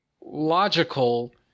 logical